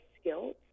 skills